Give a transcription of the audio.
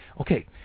Okay